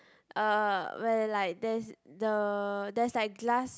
uh where like there's the there's like glass